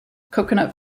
coconut